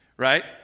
right